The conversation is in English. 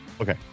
Okay